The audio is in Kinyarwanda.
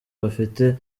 bafite